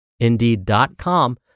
Indeed.com